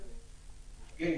כן.